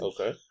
Okay